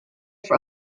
for